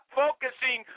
focusing